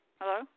Hello